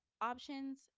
options